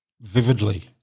Vividly